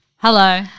Hello